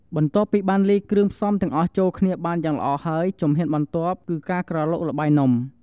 បន្ទាប់ពីបានលាយគ្រឿងផ្សំទាំងអស់ចូលគ្នាបានយ៉ាងល្អហើយ ជំហានបន្ទាប់គឺ ការក្រឡុកល្បាយនំ។